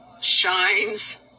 shines